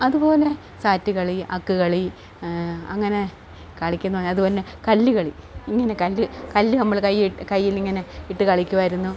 അതുപോലെ സാറ്റ് കളി അക്ക് കളി അങ്ങനെ കളിക്കുന്നു അതുപോലെതന്നെ കല്ലുകളി ഇങ്ങനെ കല്ല് കല്ല് നമ്മൾ കൈ കയ്യിലിങ്ങനെ ഇട്ടു കളിക്കുമായിരുന്നു